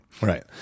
right